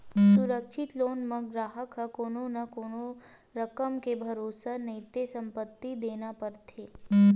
सुरक्छित लोन म गराहक ह कोनो न कोनो रकम के भरोसा नइते संपत्ति देना परथे